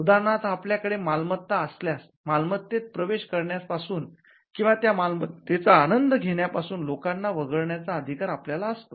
उदाहरणार्थ आपल्याकडे मालमत्ता असल्यास मालमत्तेत प्रवेश करण्यापासून किंवा त्या मालमत्तेचा आनंद घेण्यापासून लोकांना वगळण्याचा अधिकार आपल्याला असतो